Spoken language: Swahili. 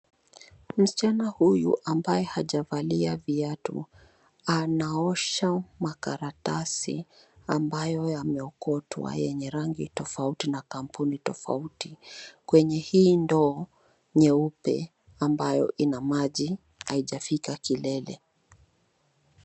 Msichana huyu ambaye hajavalia viatu, anaosha makaratasi ambayo yameokotwa, yenye rangi tofauti na kampuni tofauti, kwenye hii ndoo nyeupe, ambayo ina maji haijafika kilele.